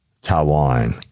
Taiwan